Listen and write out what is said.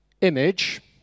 image